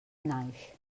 naix